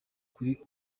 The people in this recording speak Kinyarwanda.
kuri